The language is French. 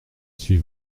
suis